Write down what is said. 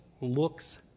looks